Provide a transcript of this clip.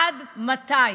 עד מתי